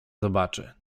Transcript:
zobaczy